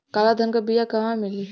काला धान क बिया कहवा मिली?